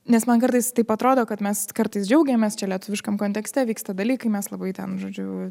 nes man kartais taip atrodo kad mes kartais džiaugiamės čia lietuviškam kontekste vyksta dalykai mes labai ten žodžiu